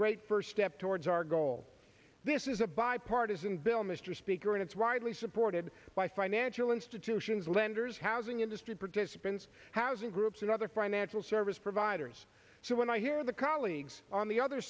great first step towards our goal this is a bipartisan bill mr speaker and it's widely supported by financial institutions lenders housing industry participants housing groups and other financial service providers so when i hear the colleagues on the other